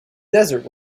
desert